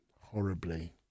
horribly